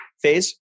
Phase